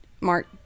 Mark